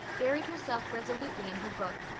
buried herself resolutely in her book.